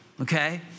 okay